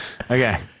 Okay